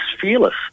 fearless